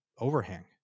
overhang